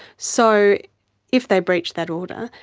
so if they breach that order,